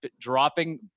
dropping